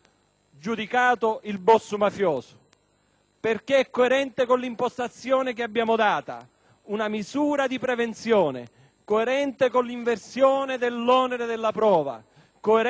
perché coerente con l'impostazione che abbiamo dato della misura di prevenzione, coerente con l'inversione dell'onere della prova, con la conoscenza che quel giudice ha